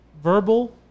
verbal